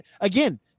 again